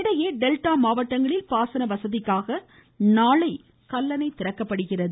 இதனிடையே டெல்டா மாவட்டங்களில் பாசனவசதிக்காக நாளை கல்லணை திறக்கப்படுகிறது